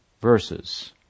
verses